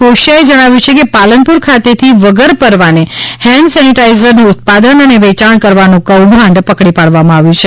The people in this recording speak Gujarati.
કોશિયાએ જણાવ્યુ છે કે પાલનપુર ખાતેથી વગર પરવાને હેન્ડ સેનીટાઇઝરનું ઉત્પાદન અને વેચાણ કરવાનું કૌભાંડ પકડી પાડવામાં આવ્યુ છે